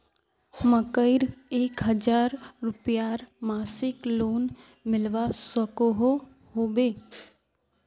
मकईर एक हजार रूपयार मासिक लोन मिलवा सकोहो होबे?